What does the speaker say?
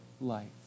life